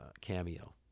cameo